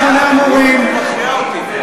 מחירי המים שאתם העליתם,